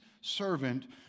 servant